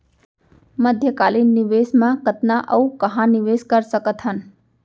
मध्यकालीन निवेश म कतना अऊ कहाँ निवेश कर सकत हन?